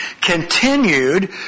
continued